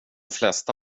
flesta